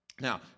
Now